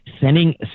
sending